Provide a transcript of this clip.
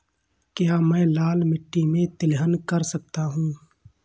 क्या मैं लाल मिट्टी में तिलहन कर सकता हूँ?